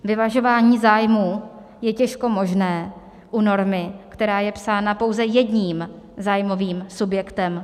Vyvažování zájmů je těžko možné u normy, která je psána pouze jedním zájmovým subjektem.